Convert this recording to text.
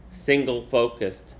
single-focused